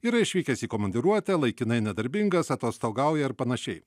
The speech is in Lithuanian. yra išvykęs į komandiruotę laikinai nedarbingas atostogauja ar panašiai